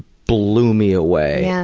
blew me away. yeah